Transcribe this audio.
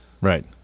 Right